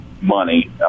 money